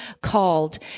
called